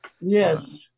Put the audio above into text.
Yes